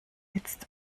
jetzt